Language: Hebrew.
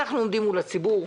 אנחנו עומדים מול הציבור,